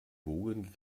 wogen